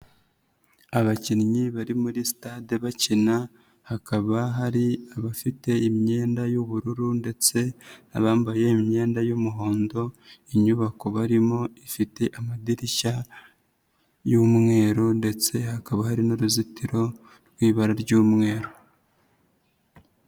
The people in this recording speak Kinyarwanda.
Abakinnyi bari muri sitade bakina, hakaba hari abafite imyenda y'ubururu ndetse n'abambaye imyenda y'umuhondo, inyubako barimo ifite amadirishya y'umweru ndetse hakaba hari n'uruzitiro rw'ibara ry'umweru.